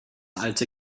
alte